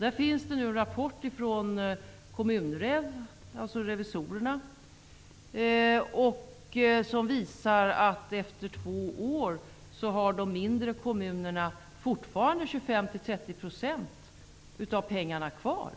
Det finns en rapport från Komrev, alltså revisorerna, som visar att de mindre kommunerna efter två år fortfarande har 25--30 % av pengarna kvar,